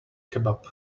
kebab